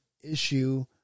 issue